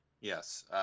yes